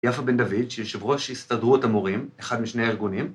יפה בן דוד, שהיא יו"ר הסתדרות המורים, אחד משני הארגונים.